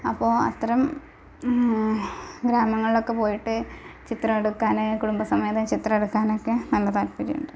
അപ്പോൾ അത്തരം ഗ്രാമങ്ങളിലൊക്കെ പോയിട്ട് ചിത്രം എടുക്കാൻ കുടുംബസമേതം ചിത്രം എടുക്കാനൊക്കെ നല്ല താൽപര്യമുണ്ട്